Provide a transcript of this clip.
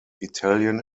italian